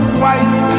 white